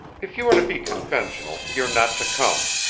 if you are to be conventional you're not to come.